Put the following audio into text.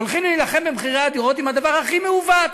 הולכים להילחם במחירי הדירות עם הדבר הכי מעוות,